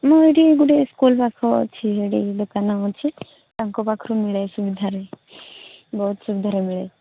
ମୁଁ ଏଠି ଗୋଟେ ସ୍କୁଲ ପାଖ ଅଛି ସେଟି ଦୋକାନ ଅଛି ତାଙ୍କ ପାଖରୁ ମିଳେ ସୁବିଧାରେ ବହୁତ ସୁବିଧାରେ ମିଳେ